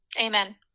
amen